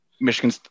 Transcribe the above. Michigan